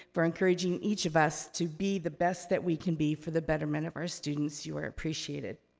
for encouraging each of us to be the best that we can be for the betterment of our students. you are appreciated.